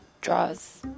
draws